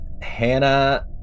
Hannah